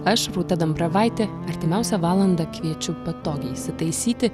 aš rūta dambravaitė artimiausią valandą kviečiu patogiai įsitaisyti